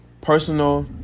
personal